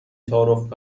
تعارف